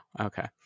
okay